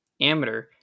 amateur